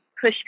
Push